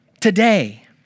today